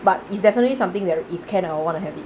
but it's definitely something that if can I would want to have it